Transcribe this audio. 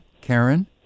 Karen